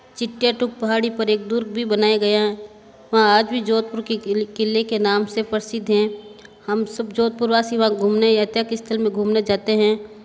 चित्त्या टुक पहाड़ी पर एक दुर्ग भी बनाया गया वहाँ आज भी जोधपुर के किले किले के नाम से प्रसिद्ध हैं हम सब जोधपुर वासी वहाँ घूमने जाते स्थल में घूमने जाते हैं